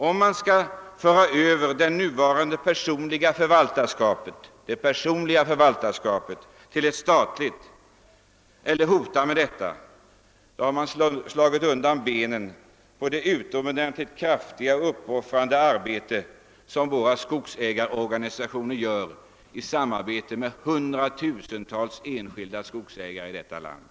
Om man gör det nuvarande personliga förvaltarskapet till ett statligt eller i varje fall hotar med det, slår man undan benen på det arbete som skogsägarorganisationerna utför i samarbete med hundratusentals enskilda skogsägare i detta land.